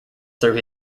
through